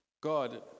God